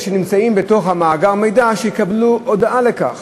אלה שנמצאים במאגר המידע יקבלו הודעה על כך,